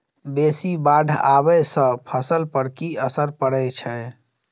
बेसी बाढ़ आबै सँ फसल पर की असर परै छै?